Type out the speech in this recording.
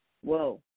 Whoa